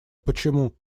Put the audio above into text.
почему